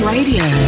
Radio